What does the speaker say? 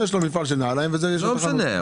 לזה יש מפעל נעליים ולזה יש חנות.